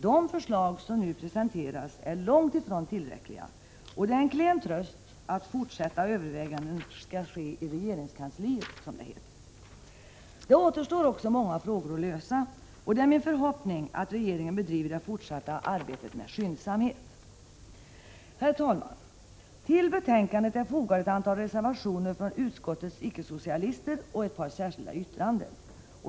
De förslag som nu presenterats är långt ifrån tillräckliga, och det är en klen tröst att fortsatta överväganden skall ske i regeringskansliet, som det heter. Det återstår också många frågor att lösa, och det är min förhoppning att regeringen bedriver det fortsatta arbetet med skyndsamhet. Herr talman! Till betänkandet är fogade ett antal reservationer från utskottets icke-socialister samt ett par särskilda yttranden.